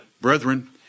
Brethren